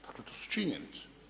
Dakle, to su činjenice.